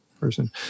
person